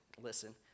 listen